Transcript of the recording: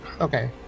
Okay